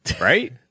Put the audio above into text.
right